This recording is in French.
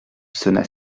sonna